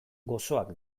gozoak